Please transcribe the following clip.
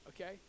okay